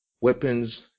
weapons